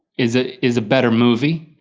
is ah is a better movie.